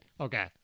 okay